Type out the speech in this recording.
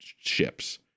ships